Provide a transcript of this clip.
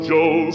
Joe